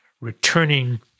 returning